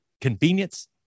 convenience